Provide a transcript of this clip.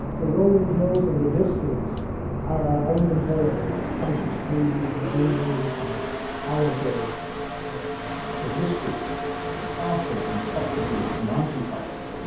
the rolling hills and the vistas are um incomparable. the cypress trees and the vineyards and olive groves yeah it's the history the castles on top of the mountain tops.